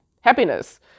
happiness